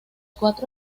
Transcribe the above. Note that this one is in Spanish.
cuatro